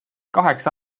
kaheksa